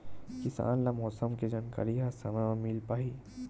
किसान ल मौसम के जानकारी ह समय म मिल पाही?